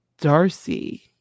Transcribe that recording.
Darcy